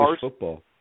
football